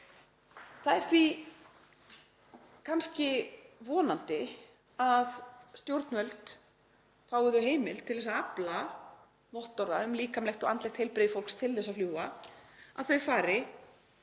Það er því vonandi að stjórnvöld, fái þau heimild til þess að afla vottorða um líkamlegt og andlegt heilbrigði fólks til að fljúga, fari